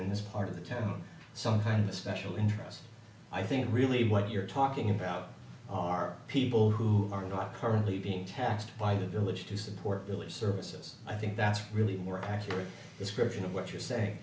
in this part of the town some kind of special interest i think really what you're talking about are people who are not currently being taxed by the village to support religious services i think that's really more accurate description of what you're saying